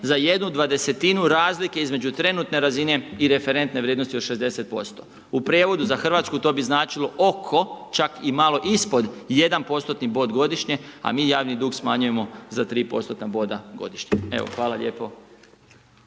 za jednu dvadesetinu razlike između trenutne razine i referentne vrijednosti od 60%. U prijevodu za Hrvatsku to bi značilo oko, čak i malo ispod jedan postotni bod godišnje, a mi javni dug smanjujemo za 3%-tna boda godišnje. Evo, hvala lijepo.